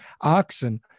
oxen